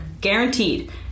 Guaranteed